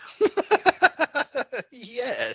Yes